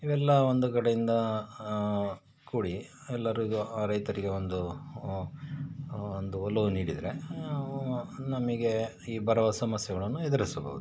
ಇವೆಲ್ಲ ಒಂದು ಕಡೆಯಿಂದ ಕೂಡಿ ಎಲ್ಲರಿಗೂ ಆ ರೈತರಿಗೆ ಒಂದು ಒಂದು ಒಲವು ನೀಡಿದರೆ ನಮಗೆ ಈ ಬರುವ ಸಮಸ್ಯೆಗಳನ್ನು ಎದುರಿಸಬಹುದು